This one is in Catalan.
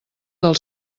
del